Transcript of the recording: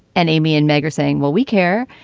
and amy and meghan saying, well, we care.